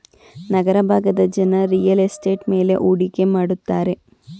ನಗರ ಭಾಗದ ಜನ real estate ಮೇಲೆ ಹೂಡಿಕೆ ಮಾಡುತ್ತಾರೆ